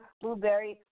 Blueberry